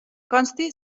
consti